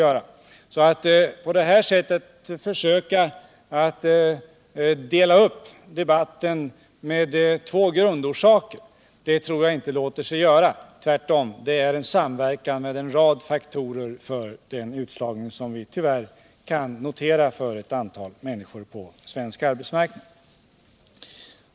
Jag tror inte att man på detta sätt kan dela upp debatten så att det skulle finnas två grundorsaker till den utslagning som vi tyvärr kan notera för ett antal människor på den svenska arbetsmarknaden.